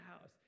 house